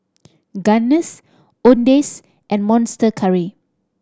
Guinness Owndays and Monster Curry